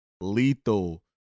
lethal